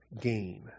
gain